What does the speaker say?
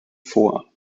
vor